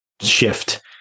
shift